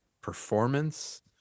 performance